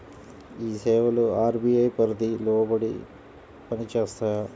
ఈ సేవలు అర్.బీ.ఐ పరిధికి లోబడి పని చేస్తాయా?